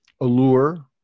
allure